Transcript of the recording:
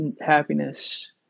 happiness